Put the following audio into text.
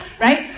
right